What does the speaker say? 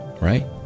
Right